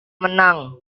menang